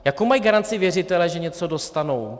Jakou mají garanci věřitelé, že něco dostanou?